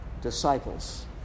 disciples